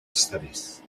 studies